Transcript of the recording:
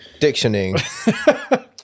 dictioning